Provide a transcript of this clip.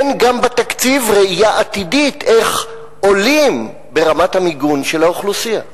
אין גם בתקציב ראייה עתידית איך עולים ברמת המיגון של האוכלוסייה.